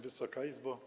Wysoka Izbo!